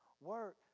work